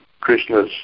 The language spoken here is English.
Krishna's